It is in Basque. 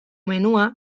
menua